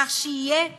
כך שיהיה שול,